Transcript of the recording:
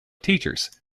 teachers